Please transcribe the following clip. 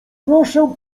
proszę